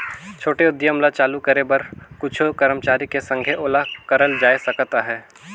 छोटे उद्यम ल चालू करे बर कुछु करमचारी के संघे ओला करल जाए सकत अहे